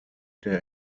der